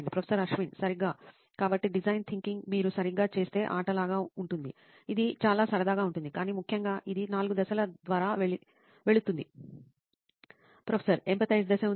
professor Ashwin సరిగ్గా కాబట్టి design thinking మీరు సరిగ్గా చేస్తే ఆటలాగా ఉంటుంది ఇది చాలా సరదాగా ఉంటుంది కానీ ముఖ్యంగా ఇది 4 దశల ద్వారా వెళుతుంది